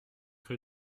rue